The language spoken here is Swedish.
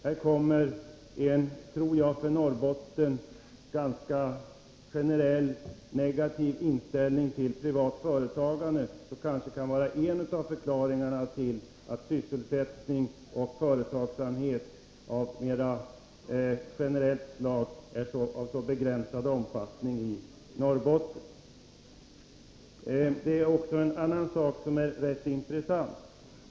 Här märks en, tror jag, för Norrbotten ganska allmänt negativ inställning till privat företagande, som kanske kan vara en av förklaringarna till att sysselsättning och företagssamhet av mera generellt slag har en så begränsad omfattning i Norrbotten. Också en annan sak är rätt intressant.